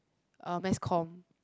uh mass comm